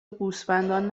گوسفندان